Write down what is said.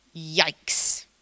Yikes